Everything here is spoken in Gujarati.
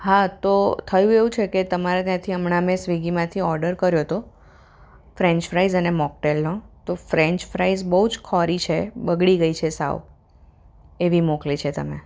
હા તો થયું એવું છે કે તમારે ત્યાંથી હમણાં મેં સ્વીગીમાંથી ઓર્ડર કર્યો તો ફ્રેંચ ફ્રાઇસ અને મોકટેઇલનો તો ફ્રેંચ ફ્રાઇસ બહુ જ ખોરી છે બગડી ગઈ છે સાવ એવી મોકલી છે તમે